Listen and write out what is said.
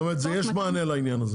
את אומרת שיש מענה לעניין הזה.